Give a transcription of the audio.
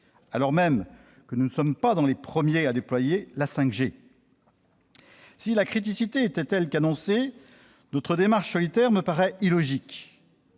alors même que nous ne sommes pas parmi les premiers à déployer la 5G. Si la situation est aussi critique qu'annoncée, notre démarche solitaire me paraît illogique.